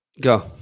Go